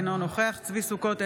אינו נוכח צבי ידידיה סוכות,